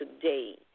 today